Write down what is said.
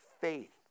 Faith